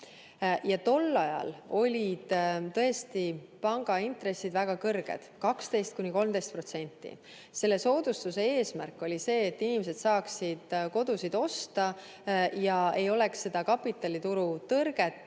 Tol ajal olid tõesti pangaintressid väga kõrged, 12–13%. Selle soodustuse eesmärk oli see, et inimesed saaksid kodu osta nii, et ei oleks seda kapitaliturutõrget